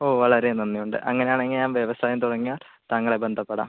ഓ വളരെ നന്ദി ഉണ്ട് അങ്ങനെയാണെങ്കിൽ ഞാൻ വ്യവസായം തുടങ്ങിയാൽ താങ്കളെ ബന്ധപ്പെടാം